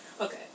Okay